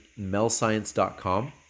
melscience.com